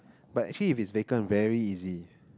but actually if it's vacant very easy